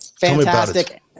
Fantastic